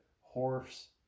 horse